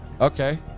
Okay